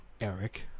Eric